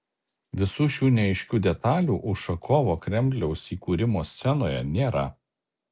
visų šių neaiškių detalių ušakovo kremliaus įkūrimo scenoje nėra